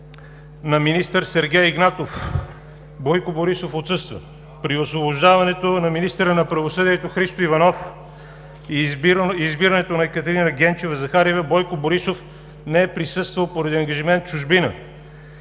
на министър Сергей Игнатов Бойко Борисов отсъства. При освобождаването на министъра на правосъдието Христо Иванов и избирането на Екатерина Генчева-Захариева Бойко Борисов не е присъствал поради ангажимент в чужбина.